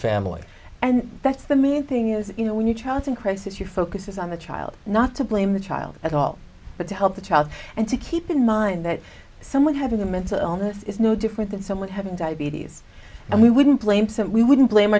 family and that's the main thing is you know when your child's in crisis your focus is on the child not to blame the child at all but to help the child and to keep in mind that someone having a mental illness is no different than someone having diabetes and we wouldn't blame some we wouldn't blame